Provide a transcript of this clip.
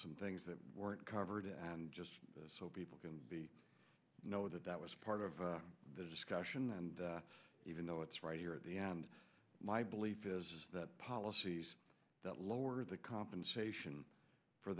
some things that weren't covered and just so people can be know that that was part of the discussion and even though it's right here at the end my belief is that policies that lower the compensation for